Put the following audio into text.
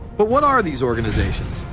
but what are these organizations?